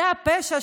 זה הפשע.